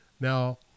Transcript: Now